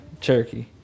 Cherokee